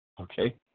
Okay